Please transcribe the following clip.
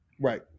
Right